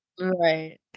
right